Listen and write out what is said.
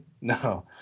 no